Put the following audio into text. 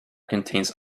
contains